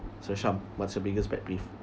so sham what's your biggest pet peeve